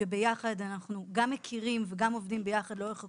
שביחד אנחנו גם מכירים וגם עובדים ביחד לאורך הקורונה,